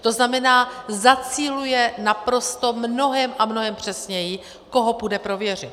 To znamená, zaciluje naprosto mnohem a mnohem přesněji, koho půjde prověřit.